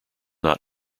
not